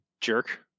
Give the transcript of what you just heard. jerk